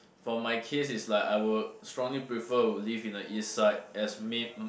for my case is like I would strongly prefer to live in the east side as may